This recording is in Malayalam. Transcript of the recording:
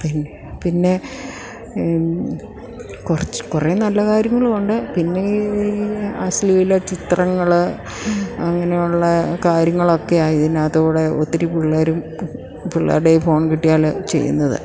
പിന്നെ കുറച്ച് കുറേ നല്ല കാര്യങ്ങളും ഉണ്ട് പിന്നെ ഈ ഈ അശ്ലീല ചിത്രങ്ങൾ അങ്ങനെയുള്ള കാര്യങ്ങളൊക്കെയാണ് ഇതിനകത്തുകൂടെ ഒത്തിരി പിള്ളേരും പിള്ളേരുടെയിൽ ഫോൺ കിട്ടിയാൽ ചെയ്യുന്നത്